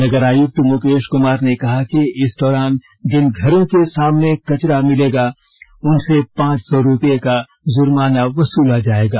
नगर आयुक्त मुकेश कुमार ने कहा कि इस दौरान जिन घरों के सामने कचरा मिलेगा उनसे पांच सौ रपये का जुर्माना वसूला जायेगा